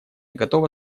готова